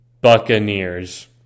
Buccaneers